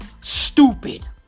stupid